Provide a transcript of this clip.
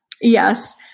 Yes